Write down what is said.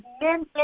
men